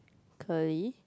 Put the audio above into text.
curly